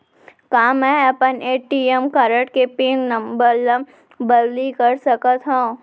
का मैं अपन ए.टी.एम कारड के पिन नम्बर ल बदली कर सकथव?